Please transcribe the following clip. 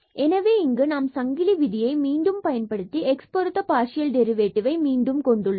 எனவே இங்கு நாம் சங்கிலி விதியை மீண்டும் பயன்படுத்தி x பொருத்த பார்சியல் டெரிவேட்டிவ்வை மீண்டும் கொண்டுள்ளோம்